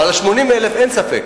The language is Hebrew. אבל על ה-80,000 אין ספק.